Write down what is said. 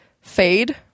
fade